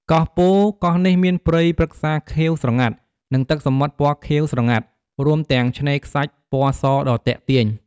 កោះពោធិ៍ កោះនេះមានព្រៃព្រឹក្សាខៀវស្រងាត់ និងទឹកសមុទ្រពណ៌ខៀវស្រងាត់ រួមទាំងឆ្នេរខ្សាច់ពណ៌សដ៏ទាក់ទាញ។